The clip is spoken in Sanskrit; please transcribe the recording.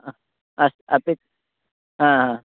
हा अस् अपि आ